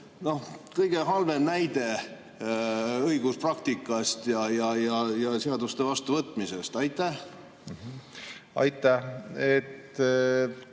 kõige halvem näide õiguspraktikast ja seaduste vastuvõtmisest. Aitäh!